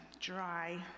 dry